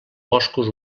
boscos